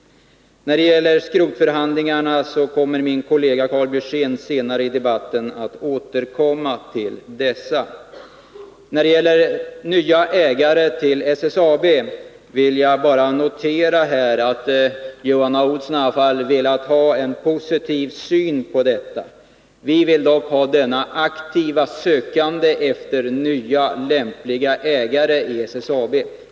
Skrotförhandlingarna kommer Karl Björzén att beröra senare i debatten. När det gäller nya ägare till SSAB vill jag notera att Johan Olsson ändå har en positiv syn på den frågan. Vi vill dock ha ett aktivt sökande efter nya lämpliga ägare i SSAB.